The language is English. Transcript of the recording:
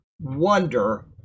wonder